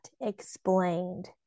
explained